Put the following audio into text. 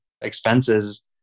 expenses